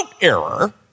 error